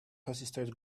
hesitate